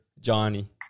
Johnny